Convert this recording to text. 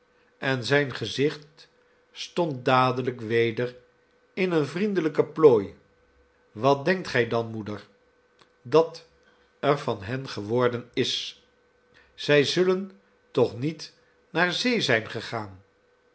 en zijn gezicht stond dadelijk weder in eene vriendelijke plooi wat denkt gij dan moeder dat er van hen geworden is zij zullen toch niet naar zee zijn gegaan